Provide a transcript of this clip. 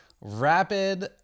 rapid